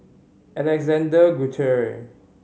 Alexander Guthrie